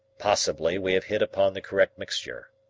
possibly we have hit upon the correct mixture.